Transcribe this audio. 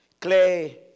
Clay